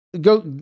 go